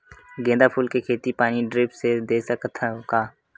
गेंदा फूल के खेती पानी ड्रिप से दे सकथ का?